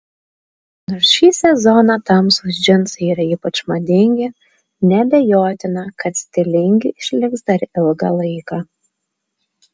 nors šį sezoną tamsūs džinsai yra ypač madingi neabejotina kad stilingi išliks dar ilgą laiką